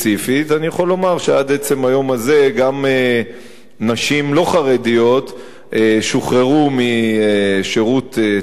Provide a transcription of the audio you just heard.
אני יכול לומר שעד עצם היום הזה גם נשים לא חרדיות שוחררו משירות צבאי,